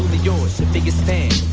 your biggest fan.